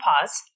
pause